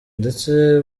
ndetse